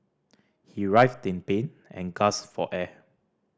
he writhed in pain and gasped for air